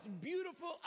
beautiful